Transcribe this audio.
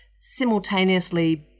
simultaneously